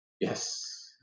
Yes